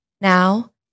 Now